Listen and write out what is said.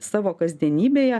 savo kasdienybėje